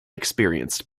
experienced